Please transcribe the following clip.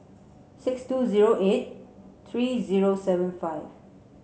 six two zero eight three zero seven five